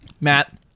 Matt